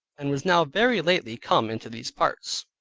and was now very lately come into these parts.